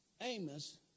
Amos